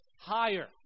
higher